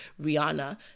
Rihanna